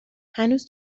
هنوز